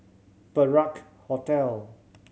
Perak Hotel